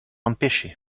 empêché